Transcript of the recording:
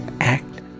Act